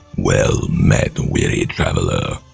well met weary traveler.